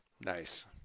nice